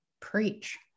Preach